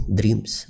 dreams